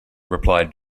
replied